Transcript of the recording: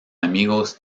amigos